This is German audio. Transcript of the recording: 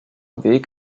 weg